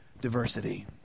diversity